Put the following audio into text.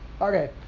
Okay